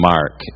Mark